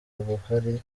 buhari